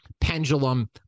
pendulum